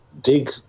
dig